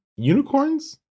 Unicorns